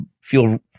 feel